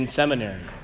seminary